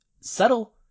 subtle